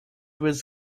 was